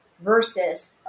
versus